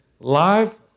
Life